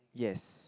yes